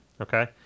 Okay